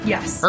Yes